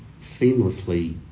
seamlessly